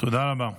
תודה רבה.